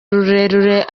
rurerure